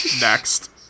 Next